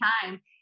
time